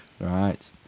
Right